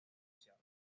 asociado